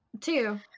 Two